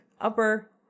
Upper